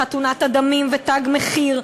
חתונת הדמים ו"תג מחיר",